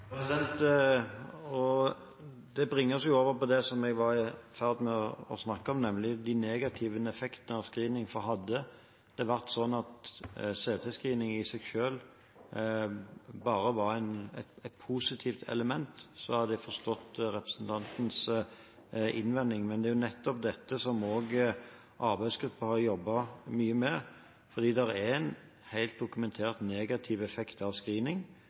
ferd med å snakke om, nemlig de negative effektene av screening, for hadde det vært slik at CT-screening i seg selv bare var et positivt element, hadde jeg forstått representantens innvending. Men det er jo nettopp dette som også arbeidsgruppen har jobbet mye med, for det er en dokumentert negativ effekt av screening,